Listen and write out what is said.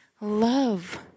love